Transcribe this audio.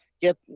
get